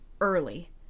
early